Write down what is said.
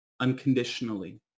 unconditionally